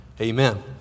Amen